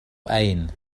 أين